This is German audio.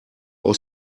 aus